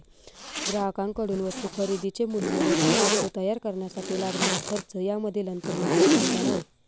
ग्राहकांकडून वस्तू खरेदीचे मूल्य व ती वस्तू तयार करण्यासाठी लागणारा खर्च यामधील अंतर म्हणजे फायदा होय